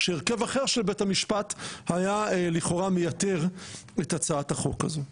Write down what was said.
שהרכב אחר של בית המשפט היה לכאורה שייתר את הצעת החוק הזו.